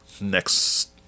next